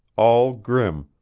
all grim,